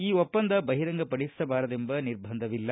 ಈ ಒಪ್ಪಂದ ಬಹಿರಂಗ ಪಡಿಸಬಾರದೆಂಬ ನಿರ್ಬಂಧವಿಲ್ಲ